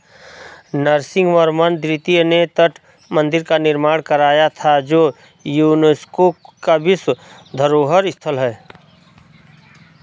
नरसिंहवर्मन द्वितीय ने तट मंदिर का निर्माण कराया था जो यूनेस्को का विश्व धरोहर स्थल है